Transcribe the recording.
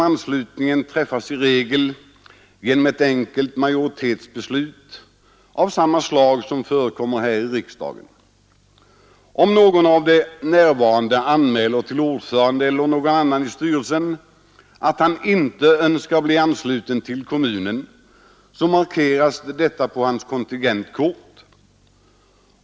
Anslutningen sker i regel genom ett enkelt majoritetsbeslut av samma slag som förekommer här i riksdagen. Om någon av de närvarande anmäler till ordföranden eller någon annan i styrelsen att han inte önskar bli ansluten till kommunen, markeras detta på hans kontingentkort.